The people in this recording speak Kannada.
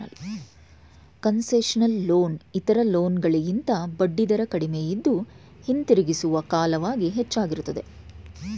ಕನ್ಸೆಷನಲ್ ಲೋನ್ ಇತರ ಲೋನ್ ಗಳಿಗಿಂತ ಬಡ್ಡಿದರ ಕಡಿಮೆಯಿದ್ದು, ಹಿಂದಿರುಗಿಸುವ ಕಾಲವಾಗಿ ಹೆಚ್ಚಾಗಿರುತ್ತದೆ